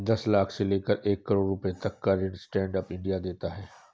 दस लाख से लेकर एक करोङ रुपए तक का ऋण स्टैंड अप इंडिया देता है